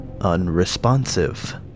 unresponsive